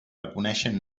reconeixen